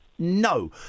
No